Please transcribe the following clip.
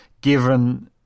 given